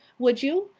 would you?